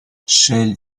шел